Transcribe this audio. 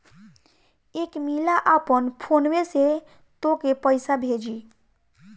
एक मिला आपन फोन्वे से तोके पइसा भेजी